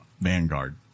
Vanguard